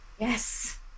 yes